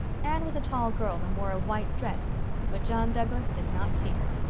anne was a tall girl and wore a white dress but john douglas did not see her.